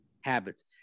habits